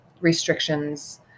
restrictions